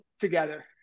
together